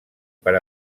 per